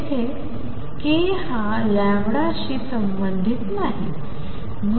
जिथे k हा λ शी संबंधित नाही